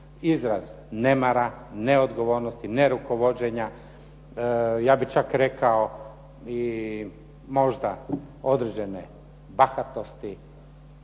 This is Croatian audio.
izraz nemara, neodgovornosti, nerukovođenja. Ja bih čak rekao i možda određene bahatosti.